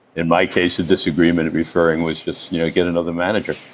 in my case, a disagreement referring was just get another manager